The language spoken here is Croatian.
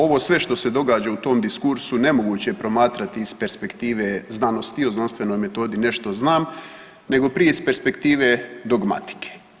Ovo sve što se događa u tom diskursu nemoguće je promatrati iz perspektive znanosti, o znanstvenoj metodi nešto znam, nego prije iz perspektive dogmatike.